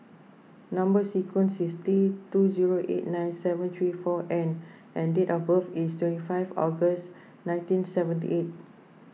Number Sequence is T two zero eight nine seven three four N and date of birth is twenty five August nineteen seventy eight